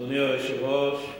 אדוני היושב-ראש,